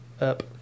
Up